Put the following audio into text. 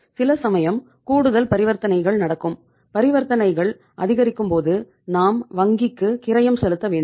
சில சமயம் கூடுதல் பரிவர்த்தனைகள் நடக்கும் பரிவர்த்தனைகள் அதிகரிக்கும் போது நாம் வங்கிக்கு கிரயம் செலுத்த வேண்டும்